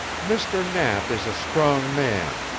mr. knapp is a strong man,